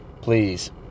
Please